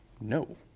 No